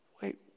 Wait